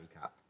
cap